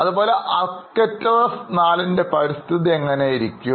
അതുപോലെ Arcturus IV പരിസ്ഥിതി എങ്ങനെ ആയിരിക്കും